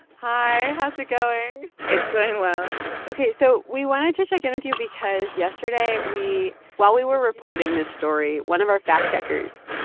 hi. how's it going? it's going well ok. so we wanted to check in with you because yesterday we while we were reporting this story, one of our fact-checkers,